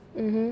mmhmm